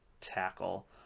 tackle